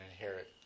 inherit